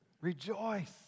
Rejoice